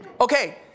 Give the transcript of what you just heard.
Okay